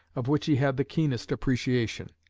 of which he had the keenest appreciation.